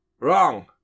Wrong